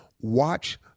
watch